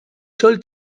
sol